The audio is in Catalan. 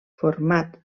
format